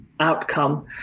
Outcome